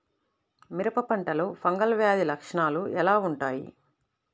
మిరప పంటలో ఫంగల్ వ్యాధి లక్షణాలు ఎలా వుంటాయి?